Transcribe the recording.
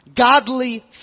Godly